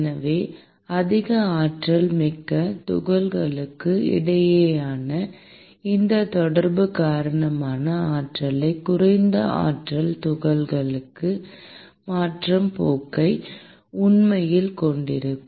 எனவே அதிக ஆற்றல் மிக்க துகள்களுக்கு இடையேயான இந்த தொடர்பு காரணமாக ஆற்றலை குறைந்த ஆற்றல் துகள்களுக்கு மாற்றும் போக்கை உண்மையில் கொண்டிருக்கும்